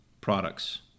Products